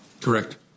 Correct